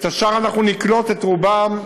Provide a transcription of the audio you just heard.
את השאר אנחנו נקלוט, את רובם,